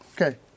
Okay